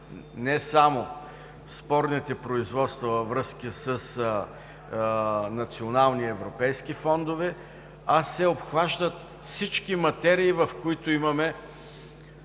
не само спорните производства във връзка с национални и европейски фондове, а се обхващат всички материи, в които имаме